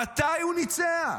מתי הוא ניצח?